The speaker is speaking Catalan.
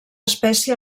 espècie